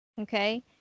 okay